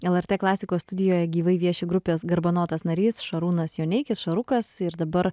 lrt klasikos studijoje gyvai vieši grupės garbanotas narys šarūnas joneikis šarukas ir dabar